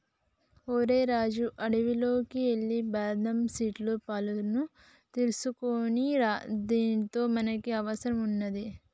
ఓరై రాజు అడవిలోకి ఎల్లి బాదం సీట్ల పాలును తీసుకోనిరా దానితో మనకి అవసరం వున్నాది